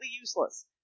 useless